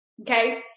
okay